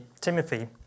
timothy